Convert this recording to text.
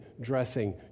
dressing